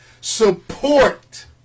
Support